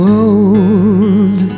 old